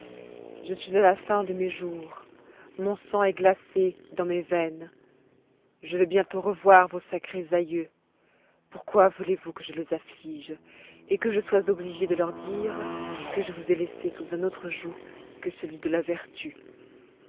je suis à la fin de mes jours mon sang est glacé dans mes veines je vais bientôt revoir vos sacrés aïeux pourquoi voulez-vous que je les afflige et que je sois obligé de leur dire que je vous ai laissés sous un autre joug que celui de la vertu